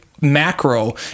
macro